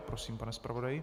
Prosím, pane zpravodaji.